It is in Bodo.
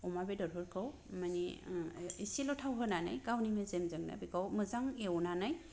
अमा बेदरफोरखौ मानि एसेल' थाव होनानै गावनि मेजेमजोंनो बेखौ मोजां एवनानै